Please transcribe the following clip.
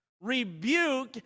Rebuke